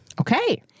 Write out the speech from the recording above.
Okay